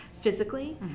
physically